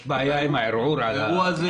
יש בעיה עם הערעור על איכונים מוטעים.